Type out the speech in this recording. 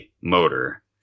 motor